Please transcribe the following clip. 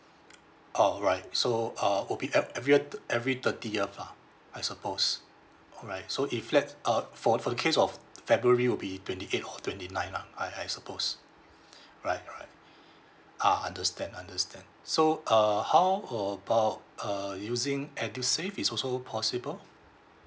oh alright so uh will be e~ every t~ every thirtieth lah I suppose alright so if let's uh for for the case of f~ february will be twenty eight or twenty nine lah I I suppose alright alright ah understand understand so uh how about uh using edusave is also possible